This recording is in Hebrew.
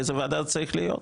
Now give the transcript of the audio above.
באיזו ועדה זה צריך להיות.